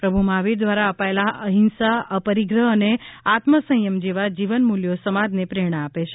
પ્રભુ મહાવીર દ્વારા અપાયેલા અહિંસા અપરિગ્રહ અને આત્મસંયમ જેવા જીવન મૂલ્યો સમાજને પ્રેરણા આપે છે